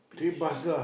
Bishan